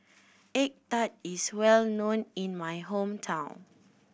egg tart is well known in my hometown